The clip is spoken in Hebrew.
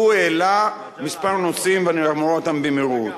אבל הוא העלה כמה נושאים, ואני אומר אותם במהירות.